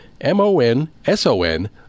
M-O-N-S-O-N